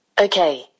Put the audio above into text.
Okay